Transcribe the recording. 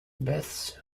beth